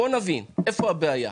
בואו נבין איפה הבעיה.